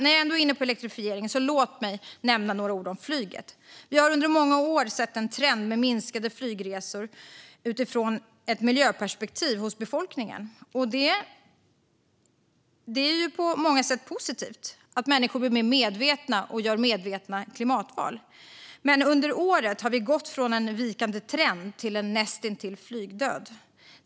När jag ändå är inne på elektrifiering, låt mig nämna några ord om flyget. Vi har under många år sett en trend med färre flygresor utifrån ett miljöperspektiv hos befolkningen. Det är på många sätt positivt att människor gör medvetna klimatval. Men under året har vi gått från en vikande trend till en näst intill flygdöd.